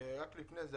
לפני זה,